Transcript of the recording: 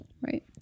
Right